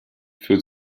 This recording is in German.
für